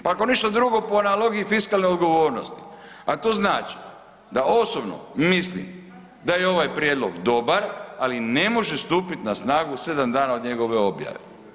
Pa ako ništa drugo po analogiji fiskalne odgovornosti, a to znači da osobno mislim da je ovaj prijedlog dobar ali ne može stupiti na snagu 7 dana od njegove objave.